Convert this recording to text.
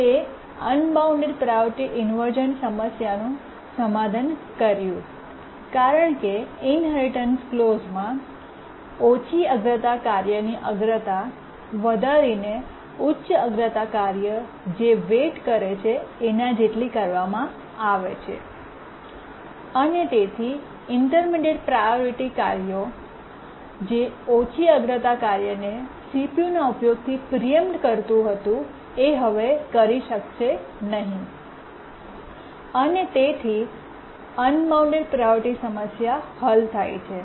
તે unbound priority inversion સમસ્યાનું સમાધાન કર્યું કારણ કે ઇન્હેરિટન્સ ક્લૉઝમાં ઓછી અગ્રતા કાર્યની અગ્રતા વધારીને ઉચ્ચ અગ્રતા કાર્ય જે વેઇટ કરે છે એના જેટલી કરવામાં આવે છે અને તેથી ઇન્ટર્મીડિએટ્ પ્રાયોરિટી કાર્યો જે ઓછી અગ્રતા કાર્યને CPUના ઉપયોગથી પ્રીએમ્પ્ટ કરતું હતું એ હવે કરી શકશે નહીં અને તેથી અનબાઉન્ડ પ્રાયોરિટી સમસ્યા હલ થાય છે